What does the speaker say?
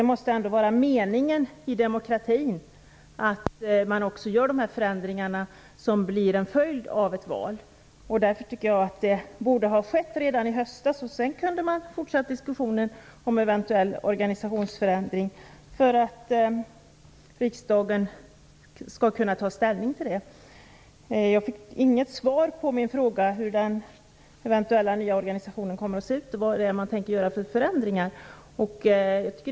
Det måste ändå vara demokratins mening att man genomför de förändringar som blir en följd av ett val. Därför tycker jag att det borde ha skett redan i höstas. Sedan kunde man ha fortsatt diskussionen om en eventuell organisationsförändring, vilken riksdagen hade haft möjlighet att ta ställning till. Jag fick inget svar på min fråga om hur den eventuella nya organisationen kommer att se ut och vilka förändringar man tänker göra.